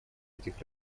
этих